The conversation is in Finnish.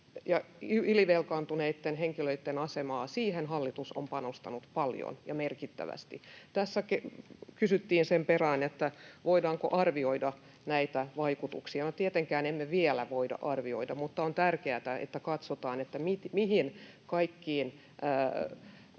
ylivelkaantuneitten henkilöitten asemaan hallitus on panostanut paljon ja merkittävästi. Tässä kysyttiin sen perään, voidaanko arvioida näitä vaikutuksia. No, tietenkään emme vielä voi arvioida, mutta on tärkeätä, että katsotaan, mihin kaikkiin